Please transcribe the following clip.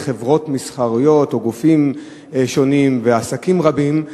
חברות מסחריות או גופים שונים ועסקים רבים.